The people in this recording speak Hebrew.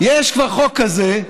יש כבר חוק כזה.